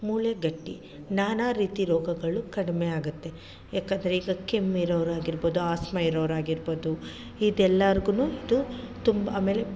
ಮೂಳೆ ಗಟ್ಟಿ ನಾನಾ ರೀತಿ ರೋಗಗಳು ಕಡಿಮೆ ಆಗುತ್ತೆ ಯಾಕೆಂದರೆ ಈಗ ಕೆಮ್ಮಿರೋವ್ರು ಆಗಿರ್ಬೌದು ಆಸ್ಮ ಇರೋವ್ರು ಆಗಿರ್ಬೌದು ಇದೆಲ್ಲಾರ್ಗೂ ಇದು ತುಂಬ ಆಮೇಲೆ